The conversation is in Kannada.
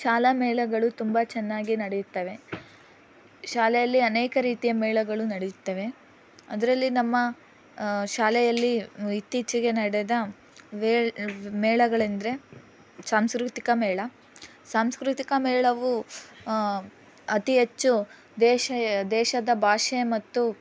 ಶಾಲಾ ಮೇಳಗಳು ತುಂಬಾ ಚೆನ್ನಾಗಿ ನಡೆಯುತ್ತವೆ ಶಾಲೆಯಲ್ಲಿ ಅನೇಕ ರೀತಿಯ ಮೇಳಗಳು ನಡೆಯುತ್ತವೆ ಅದರಲ್ಲಿ ನಮ್ಮ ಶಾಲೆಯಲ್ಲಿ ಇತ್ತೀಚಿಗೆ ನಡೆದ ವೆ ಮೇಳಗಳೆಂದರೆ ಸಾಂಸ್ಕೃತಿಕ ಮೇಳ ಸಾಂಸ್ಕೃತಿಕ ಮೇಳವು ಅತಿ ಹೆಚ್ಚು ದೇಶ ದೇಶದ ಭಾಷೆ ಮತ್ತು